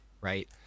right